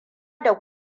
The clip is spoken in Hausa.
da